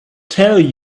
tell